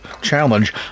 challenge